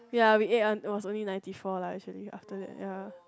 ya we ate un~ was was only ninety four lah actually after that ya